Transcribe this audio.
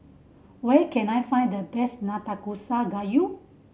where can I find the best Nanakusa Gayu